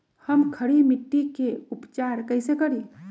हम खड़ी मिट्टी के उपचार कईसे करी?